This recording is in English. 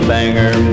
Banger